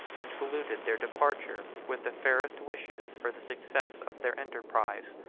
and saluted their departure with the fairest wishes for the success of their enterprise.